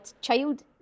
child